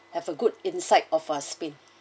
have a good insight of ah spain